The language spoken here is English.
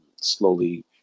slowly